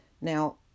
Now